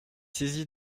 saisi